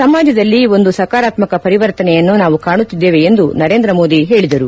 ಸಮಾಜದಲ್ಲಿ ಒಂದು ಸಕಾರಾತ್ಮಕ ಪರಿವರ್ತನೆಯನ್ನು ನಾವು ಕಾಣುತ್ತಿದ್ದೇವೆ ಎಂದು ನರೇಂದ್ರ ಮೋದಿ ಹೇಳಿದರು